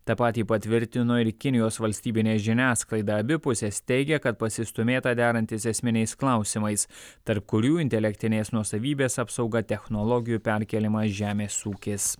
tą patį patvirtino ir kinijos valstybinė žiniasklaida abi pusės teigia kad pasistūmėta derantis esminiais klausimais tarp kurių intelektinės nuosavybės apsauga technologijų perkėlimą žemės ūkis